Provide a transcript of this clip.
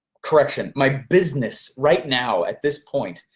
correction, my business right now at this point,